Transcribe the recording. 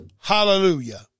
Hallelujah